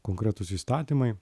konkretūs įstatymai